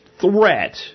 threat